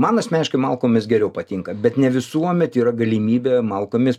man asmeniškai malkomis geriau patinka bet ne visuomet yra galimybė malkomis